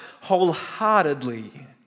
wholeheartedly